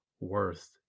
worth